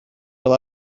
fel